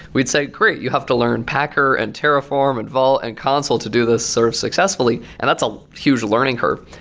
we'd say, great. you have to learn packer, and terraform, and vault, and console to do this sort of successfully, and that's a huge learning curve.